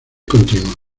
continua